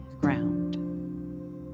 ground